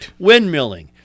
Windmilling